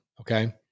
Okay